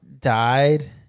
died